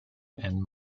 and